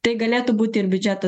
tai galėtų būt ir biudžetas